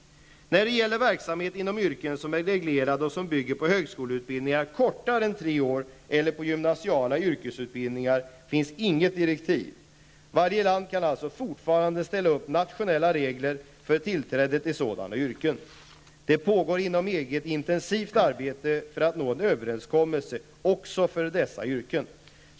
När det gäller verksamhet inom yrken som är reglerade och som bygger på högskoleutbildningar kortare än tre år eller på gymnasiala yrkesutbildningar finns inget direktiv. Varje land kan alltså fortfarande ställa upp nationella regler för tillträde till sådana yrken. Det pågår inom EG ett intensivt arbete för att nå en överenskommelse också för dessa yrken.